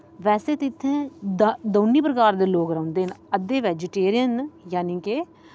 बैसे ते इत्थें दोनें प्रकार दे लोक रौह्ंदे न अद्धे बैजीटेरियन न जाने की